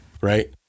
Right